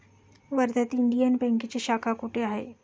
वर्ध्यात इंडियन बँकेची शाखा कुठे आहे?